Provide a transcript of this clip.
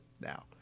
now